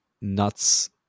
nuts